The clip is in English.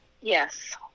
Yes